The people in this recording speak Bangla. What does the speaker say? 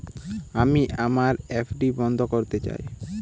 আমি আমার এফ.ডি বন্ধ করতে চাই